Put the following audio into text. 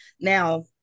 Now